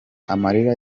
amarira